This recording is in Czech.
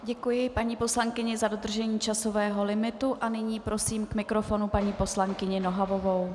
Děkuji paní poslankyni za dodržení časového limitu a nyní prosím k mikrofonu paní poslankyni Nohavovou.